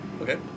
Okay